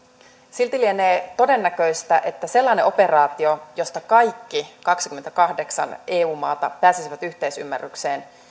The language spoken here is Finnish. silti lienee todennäköistä että sellainen operaatio josta kaikki kaksikymmentäkahdeksan eu maata pääsisivät yhteisymmärrykseen